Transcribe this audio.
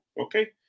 Okay